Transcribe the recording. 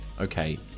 okay